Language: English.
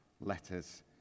letters